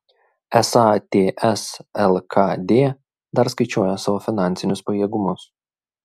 esą ts lkd dar skaičiuoja savo finansinius pajėgumus